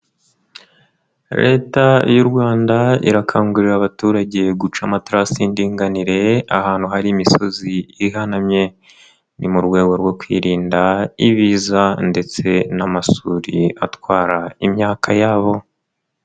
Leta y'u Rwanda irakangurira abaturage guca amatrasi y'indinganire, ahantu hari imisozi ihanamye. Ni mu rwego rwo kwirinda ibiza ndetse n'amasuri atwara imyaka yabo.